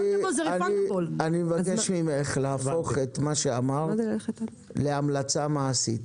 אני מבקש ממך להפוך את מה שאמרת להמלצה מעשית.